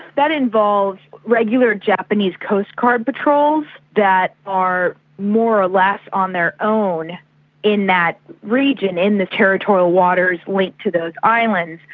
that involved regular japanese coast guard patrols that are more or less on their own in that region, in the territorial waters linked to those islands.